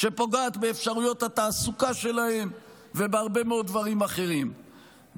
שפוגעת באפשרויות התעסוקה שלהם ובהרבה מאוד דברים אחרים.